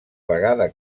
vegada